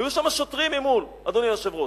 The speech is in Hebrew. היו שם שוטרים ממול, אדוני היושב-ראש.